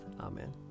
Amen